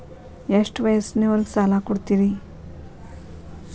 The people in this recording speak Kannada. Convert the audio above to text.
ಎಷ್ಟ ವಯಸ್ಸಿನವರಿಗೆ ಸಾಲ ಕೊಡ್ತಿರಿ?